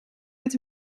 met